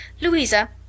Louisa